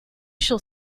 shall